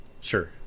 Sure